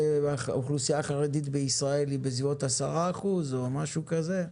האוכלוסייה החרדית בישראל היא כ-10% או משהו כזה.